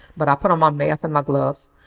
but i put on my mask and my gloves.